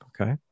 Okay